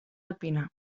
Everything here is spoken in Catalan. alpina